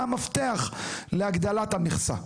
מה המפתח להגדלת המכסה.